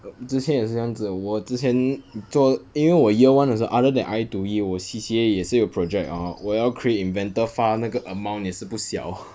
之前也是这样子我之前做因为我 year one 的时候 other than I two E 我 C_C_A 也是有 project hor 我要 create inventor file 那个 amount 也是不小